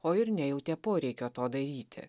o ir nejautė poreikio to daryti